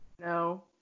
No